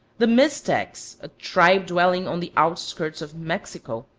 the miztecs, a tribe dwelling on the outskirts of mexico,